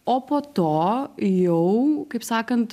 o po to jau kaip sakant